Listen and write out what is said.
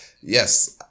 yes